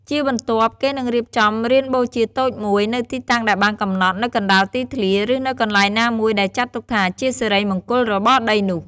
ជាបន្ទាប់គេនឹងរៀបចំ រានបូជាតូចមួយ នៅទីតាំងដែលបានកំណត់នៅកណ្ដាលទីធ្លា ឬនៅកន្លែងណាមួយដែលចាត់ទុកថាជាសិរីមង្គលរបស់ដីនោះ។